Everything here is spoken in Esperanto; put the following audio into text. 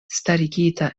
starigita